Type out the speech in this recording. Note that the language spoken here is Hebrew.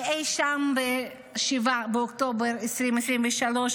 אי שם ב-7 באוקטובר 2023,